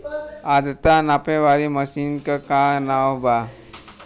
आद्रता नापे वाली मशीन क का नाव बा?